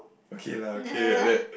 okay lah okay like that